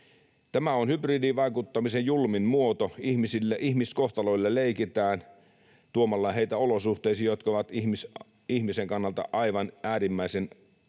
Tämä on hybridivaikuttamisen julmin muoto: ihmiskohtaloilla leikitään tuomalla heitä olosuhteisiin, jotka ovat ihmisen kannalta aivan äärimmäisen vaikeita